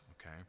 okay